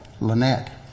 Lynette